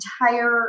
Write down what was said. entire